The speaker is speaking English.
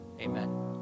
Amen